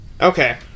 okay